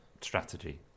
strategy